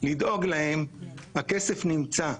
לדאוג להם, הכסף נמצא.